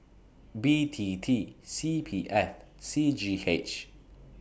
B T T C P F C G H